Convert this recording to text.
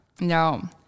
No